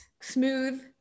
smooth